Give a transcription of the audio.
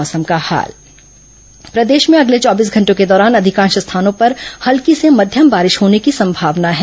मौसम प्रदेश में अगले चौबीस घंटों के दौरान अधिकांश स्थानों पर हल्की से मध्यम बारिश होने की संभावना है